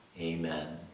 Amen